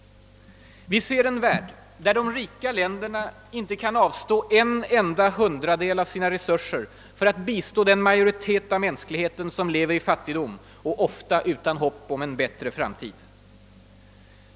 Vi ser en värld där de rika länderna inte kan avstå en enda hundradel av sina resurser för att bistå den majoritet av mänskligheten som lever i fattigdom och ofta utan hopp om en bättre framtid.